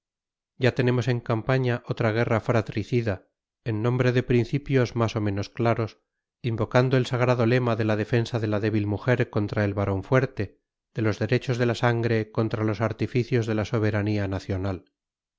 ya tenemos en campaña otra guerra fratricida en nombre de principios más o menos claros invocando el sagrado lema de la defensa de la débil mujer contra el varón fuerte de los derechos de la sangre contra los artificios de la soberanía nacional